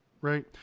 Right